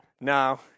No